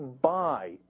buy